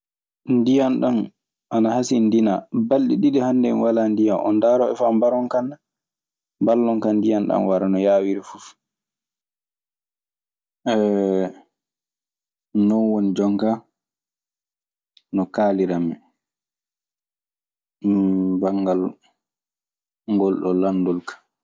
"Ndiyan ɗan ana hasindinaa. Balɗe ɗiɗi hannde en walaa ndiyan. On ndaarooɓe faa mbaron kan na? Mballon kan ndiyan ɗan wara, no yaawiri fuf." Non woni jonka no kaalirammi banngal ngolɗoo landol ka.